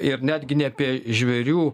ir netgi ne apie žvėrių